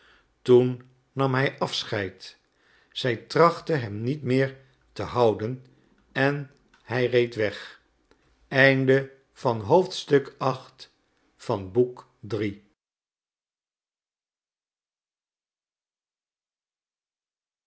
toen nam hij afscheid zij trachtte hem niet meer te houden en hij reed weg